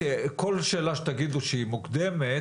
אמרתי שכל שאלה שתאמרו שהיא מוקדמת,